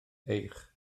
eich